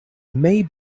may